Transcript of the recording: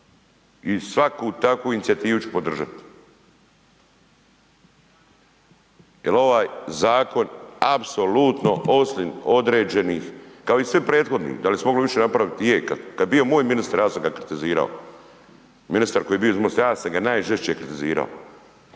I svaku takvu inicijativu ću podržati. Jer ovaj zakon apsolutno osim određenih, kao i svi prethodni, da li se moglo više napraviti je. Kad je bio moj ministar ja sam ga kritizirao. Ministar koji je bio iz MOST-a, ja sam ga najžešće kritizirao,